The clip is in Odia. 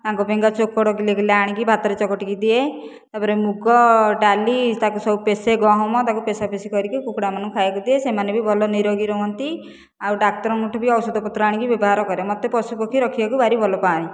ତାଙ୍କ ପାଇଁକା ଚୋକଡ଼ କିଲେ କିଲେ ଆଣିକି ଭାତରେ ଚକଟିକି ଦିଏ ତା'ପରେ ମୁଗ ଡ଼ାଲି ତା'କୁ ସବୁ ପେଷେ ଗହମ ତା'କୁ ପେଷାପେଷି କରିକି କୁକୁଡ଼ାମାନଙ୍କୁ ଖାଇବାକୁ ଦିଏ ସେମାନେ ବି ଭଲ ନିରୋଗୀ ରୁହନ୍ତି ଆଉ ଡ଼ାକ୍ତରଙ୍କଠୁ ବି ଔଷଧପତ୍ର ଆଣିକି ବ୍ୟବହାର କରେ ମୋତେ ପଶୁପକ୍ଷୀ ରଖିବାକୁ ଭାରି ଭଲ ପାଏ